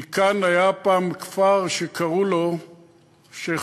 כי כאן היה פעם כפר שקראו לו שיח'-באדר,